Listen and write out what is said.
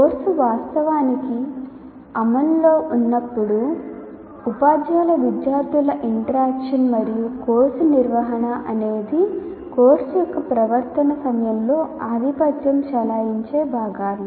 course వాస్తవానికి అమలులో ఉన్నప్పుడు ఉపాధ్యాయ విద్యార్థుల interaction మరియు కోర్సు నిర్వహణ అనేది కోర్సు యొక్క ప్రవర్తన సమయంలో ఆధిపత్యం చెలాయించే భాగాలు